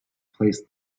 place